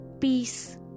peace